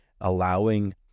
allowing